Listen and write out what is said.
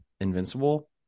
Invincible